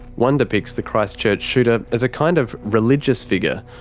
one depicts the christchurch shooter as a kind of religious figure,